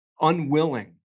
unwilling